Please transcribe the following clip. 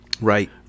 Right